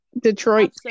Detroit